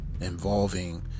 Involving